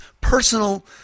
personal